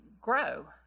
grow